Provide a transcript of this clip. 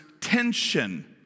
tension